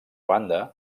banda